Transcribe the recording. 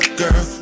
girl